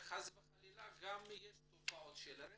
וחלילה יש גם תופעות של רצח.